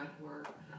work